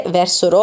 verso